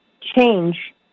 change